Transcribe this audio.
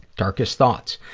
darkest thoughts.